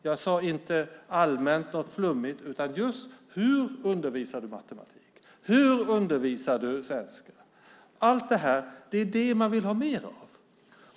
Jag sade inte något allmänt flummigt, utan: Hur undervisar du i matematik? Hur undervisar du i svenska? Det är det man vill ha mer av.